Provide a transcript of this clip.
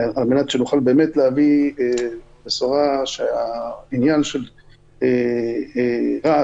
על מנת שנוכל להביא בשורה שהעניין של רעש,